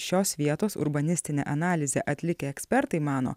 šios vietos urbanistinę analizę atlikę ekspertai mano